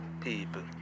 people